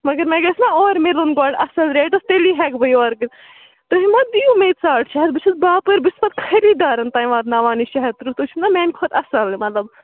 مگر مےٚ گژھِ نَہ اورٕ مِلُن گۄڈٕ اَصٕل ریٹَس تیٚلی ہٮ۪کہٕ بہٕ یورٕ دِتھ تُہۍ مَہ دِیِو مےٚ تہِ ساڑ شےٚ ہَتھ بہٕ چھَس باپٲرۍ بہٕ چھَس پَتہٕ خریٖدارَن تام واتناوان یہِ شےٚ ہَتھ تٕرٛہ تُہۍ چھُنَہ میٛانہِ کھۄتہٕ اَصٕل مطلب